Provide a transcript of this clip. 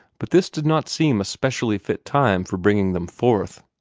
but this did not seem a specially fit time for bringing them forth.